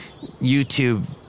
YouTube